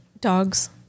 dogs